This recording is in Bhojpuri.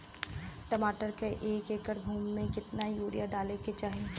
टमाटर के एक एकड़ भूमि मे कितना यूरिया डाले के चाही?